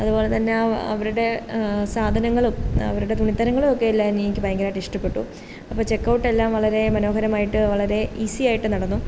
അതുപോലെ തന്നെ അവരുടെ സാധനങ്ങളും അവരുടെ തുണിത്തരങ്ങളുമൊക്കെ എനിക്ക് ഭയങ്കരാമായിട്ട് ഇഷ്ടപ്പെട്ടു അപ്പോൾ ചെക്ക്ഔട്ടെല്ലാം വളരെ മനോഹരമായിട്ട് വളരെ ഈസി ആയിട്ട് നടന്നു